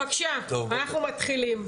בבקשה, אנחנו מתחילים.